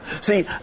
See